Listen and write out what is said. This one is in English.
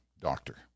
doctor